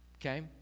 okay